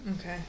Okay